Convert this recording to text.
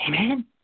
Amen